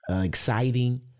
Exciting